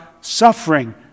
suffering